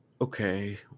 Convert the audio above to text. Okay